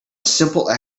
simple